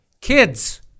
Kids